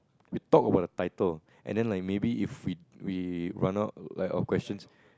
we talk about the title and then like maybe if we we run out like of questions